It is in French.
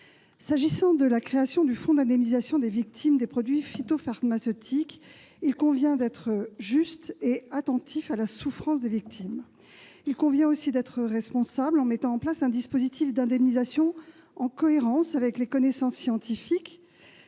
S'agissant de la création du fonds d'indemnisation des victimes des produits phytopharmaceutiques, il convient d'être justes et attentifs à la souffrance des victimes. Il convient aussi d'être responsables en mettant en place un dispositif d'indemnisation cohérent avec les connaissances scientifiques